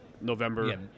November